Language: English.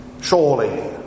Surely